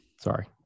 Sorry